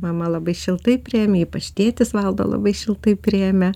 mama labai šiltai priėmė ypač tėtis valdo labai šiltai priėmė